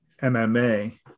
MMA